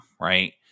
right